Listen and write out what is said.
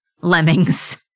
Lemmings